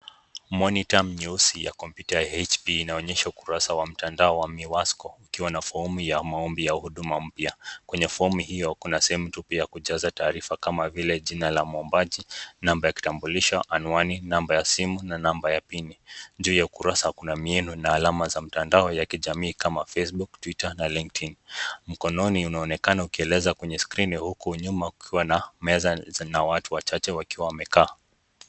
Monitor mweusi ya kompyuta ya HP inaonyesha ukurasa wa mtandao wa Miwasko ukiwa na fomu ya maombi ya huduma mpya. Kwenye fomu hiyo kuna sehemu tupu ya kujaza taarifa kama vile jina la muombaji, namba ya kitambulisho, anwani, namba ya simu na namba ya pini. Juu ya ukurasa kuna mieno na alama za mtandao ya kijamii kama Facebook , Twitter na LinkedIn . Mkononi unaonekana ukieleza kwenye skrini huku nyuma ukiwa na meza na watu wachache wakiwa wamekaa.